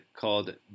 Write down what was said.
called